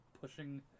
pushing